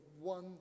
one